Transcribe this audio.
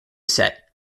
set